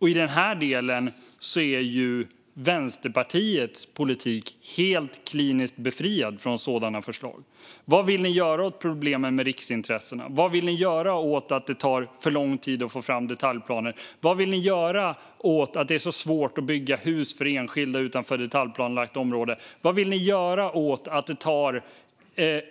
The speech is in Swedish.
I den delen är Vänsterpartiets politik helt kliniskt befriad från förslag. Vad vill ni göra åt problemen med riksintressena, Momodou Malcolm Jallow? Vad vill ni göra åt att det tar för lång tid att få fram detaljplaner? Vad vill ni göra åt att det är så svårt att bygga hus för enskilda utanför detaljplanerat område? Vad vill ni göra åt att det tar